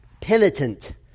Penitent